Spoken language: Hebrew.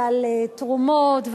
ועל תרומות,